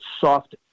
soft